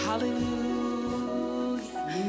Hallelujah